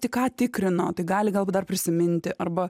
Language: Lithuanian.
tik ką tikrino tai gali galbūt dar prisiminti arba